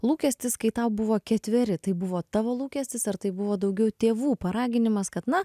lūkestis kai tau buvo ketveri tai buvo tavo lūkestis ar tai buvo daugiau tėvų paraginimas kad na